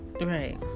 right